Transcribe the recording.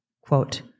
Quote